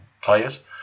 players